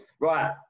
Right